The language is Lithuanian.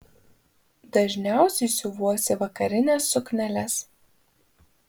dažniausiai siuvuosi vakarines sukneles